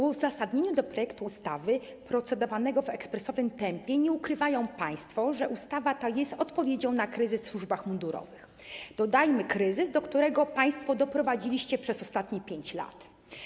W uzasadnieniu projektu ustawy procedowanego w ekspresowym tempie nie ukrywają państwo, że ustawa ta jest odpowiedzią na kryzys w służbach mundurowych, dodajmy: kryzys, do którego państwo doprowadziliście przez ostatnie 5 lat.